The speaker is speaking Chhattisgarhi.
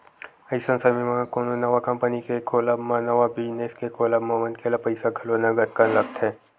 अइसन समे म कोनो नवा कंपनी के खोलब म नवा बिजनेस के खोलब म मनखे ल पइसा घलो नंगत कन लगथे